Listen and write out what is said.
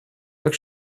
так